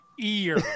ear